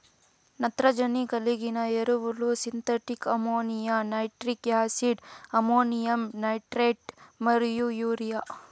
నత్రజని కలిగిన ఎరువులు synthetic ammonia, nitric acid, ammonium nitrate మరియు యూరియా